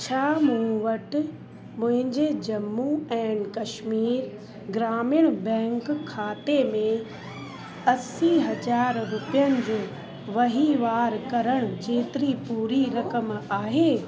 छा मूं वटि मुंहिंजे जम्मूं एंड कश्मीर ग्रामीणु बैंक खाते में असी हज़ार रुपियनि जो वहींवार करण जेतिरी पूरी रकम आहे